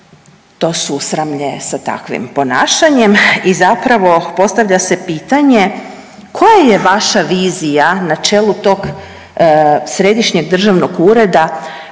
to susramlje sa takvim ponašanjem i zapravo postavlja se pitanje koja je vaša vizija na čelu tog središnjeg državnog ureda,